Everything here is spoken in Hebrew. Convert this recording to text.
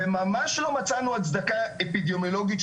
וממש לא מצאנו הצדקה אפידמיולוגית,